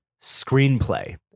Screenplay